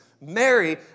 Mary